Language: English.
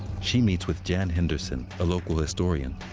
she meets with jan henderson, a local historian.